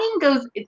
goes